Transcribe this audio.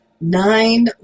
nine